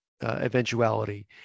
eventuality